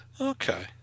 Okay